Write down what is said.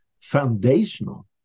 foundational